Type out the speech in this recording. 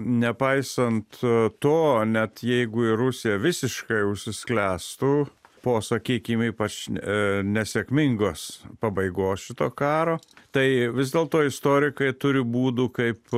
nepaisant to net jeigu ir rusija visiškai užsisklęstų po sakykim ypač ė nesėkmingos pabaigos šito karo tai vis dėlto istorikai turi būdų kaip